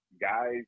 guys